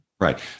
Right